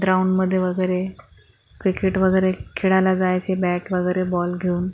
ग्राउंडमध्ये वगैरे क्रिकेट वगैरे खेळायला जायचे बॅट वगैरे बॉल घेऊन